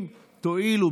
אם תואילו,